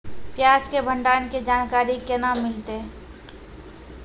प्याज के भंडारण के जानकारी केना मिलतै?